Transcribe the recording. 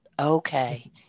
Okay